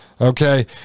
Okay